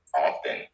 often